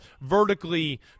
vertically